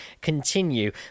continue